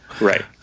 right